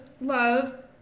love